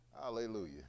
Hallelujah